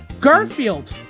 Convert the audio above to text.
Garfield